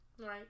Right